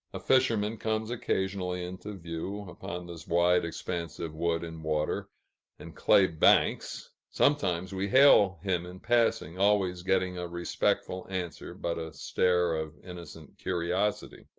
a fisherman comes occasionally into view, upon this wide expanse of wood and water and clay-banks sometimes we hail him in passing, always getting a respectful answer, but a stare of innocent curiosity.